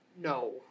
No